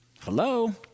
Hello